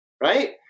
right